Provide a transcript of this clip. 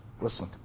listen